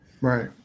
right